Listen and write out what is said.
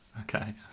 Okay